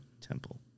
Temple